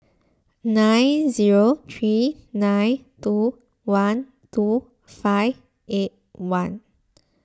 nine zero three nine two one two five eight one